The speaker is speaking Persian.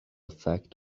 فکت